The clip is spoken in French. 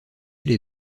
les